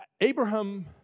Abraham